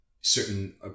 Certain